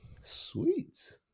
Sweet